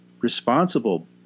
responsible